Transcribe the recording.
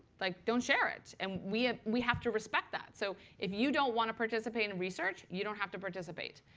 like don't share it. and we ah we have to respect that. so if you don't want to participate in research, you don't have to participate.